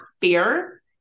fear